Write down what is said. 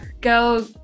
go